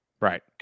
Right